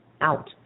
out